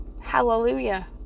Hallelujah